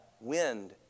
wind